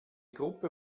gruppe